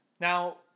Now